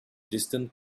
distant